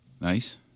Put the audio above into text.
Nice